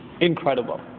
Incredible